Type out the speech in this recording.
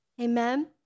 Amen